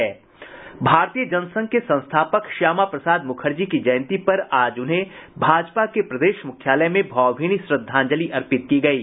भारतीय जनसंघ के संस्थापक श्यामा प्रसाद मुखर्जी की जयंती पर आज उन्हें भाजपा के प्रदेश मुख्यालय में भावभीनी श्रद्धांजलि अर्पित की गयी